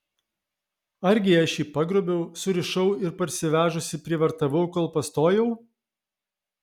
argi aš jį pagrobiau surišau ir parsivežusi prievartavau kol pastojau